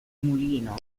mulino